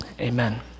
amen